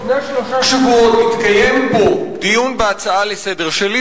לפני שלושה שבועות התקיים פה דיון בהצעה לסדר-היום,